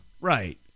right